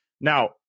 Now